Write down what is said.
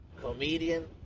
comedian